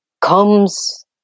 comes